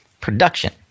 production